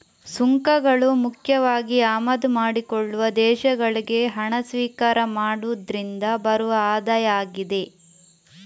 ಸುಂಕಗಳು ಮುಖ್ಯವಾಗಿ ಆಮದು ಮಾಡಿಕೊಳ್ಳುವ ದೇಶಗಳಿಗೆ ಹಣ ಸ್ವೀಕಾರ ಮಾಡುದ್ರಿಂದ ಬರುವ ಆದಾಯ ಆಗಿದೆ